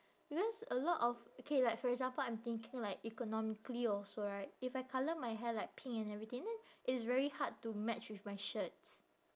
because a lot of okay like for example I'm thinking like economically also right if I colour my hair like pink and everything then it's very hard to match with my shirts